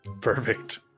Perfect